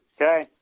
Okay